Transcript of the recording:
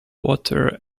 water